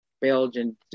Belgian